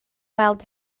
weld